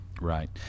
Right